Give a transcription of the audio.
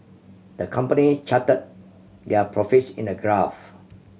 the company charted their profits in a graph